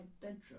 bedroom